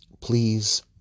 please